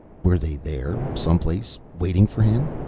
were they there, someplace, waiting for him?